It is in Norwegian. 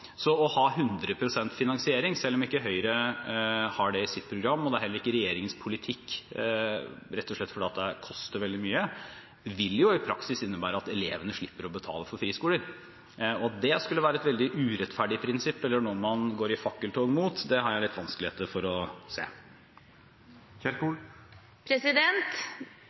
Så det å ha 100 pst. finansiering, selv om ikke Høyre har det i sitt program, og det heller ikke er regjeringens politikk, rett og slett fordi det koster veldig mye, vil i praksis innebære at elevene slipper å betale for friskoler. At det skulle være et veldig urettferdig prinsipp, eller noe man går i fakkeltog mot, har jeg litt vanskeligheter med å